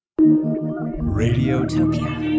Radiotopia